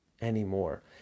anymore